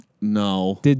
No